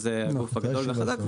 שזה הגוף הגדול והחזק,